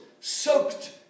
soaked